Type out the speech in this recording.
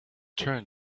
turned